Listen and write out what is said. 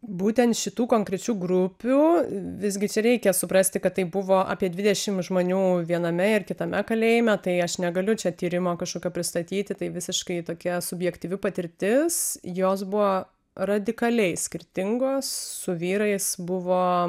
būtent šitų konkrečių grupių visgi čia reikia suprasti kad tai buvo apie dvidešim žmonių viename ir kitame kalėjime tai aš negaliu čia tyrimo kažkokio pristatyti tai visiškai tokia subjektyvi patirtis jos buvo radikaliai skirtingos su vyrais buvo